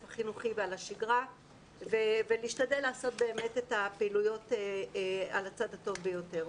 החינוכי ועל השגרה ולהשתדל לעשות את הפעילויות על הצד הטוב ביותר.